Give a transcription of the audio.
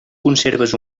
conserves